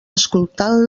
escoltant